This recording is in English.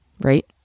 right